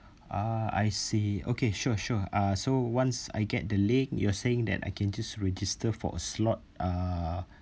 ah I see okay sure sure uh so once I get the link you're saying that I can just register for a slot uh